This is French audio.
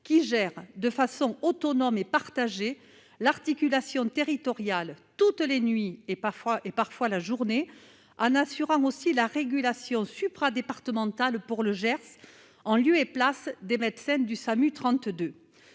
qui gère de façon autonome et partagée, l'articulation territoriale toutes les nuits et, parfois, et parfois la journée en assurant aussi la régulation supra-départementale pour le Gers en lieu et place des médecins du SAMU 32,